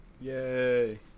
Yay